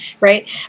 right